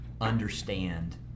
understand